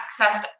accessed